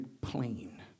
plain